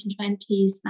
1920s